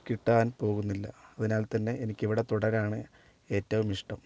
കിട്ടാൻ പോകുന്നില്ല അതിനാൽത്തന്നെ എനിക്കിവിടെ തുടരാനാണ് ഏറ്റവും ഇഷ്ടം